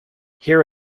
here